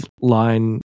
line